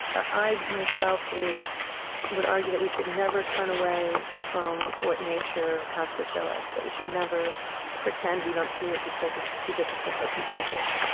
i myself would would argue that we should never turn away from what nature has to show us, that we should never pretend we don't see it, because it's too difficult to confront it.